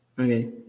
Okay